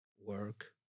work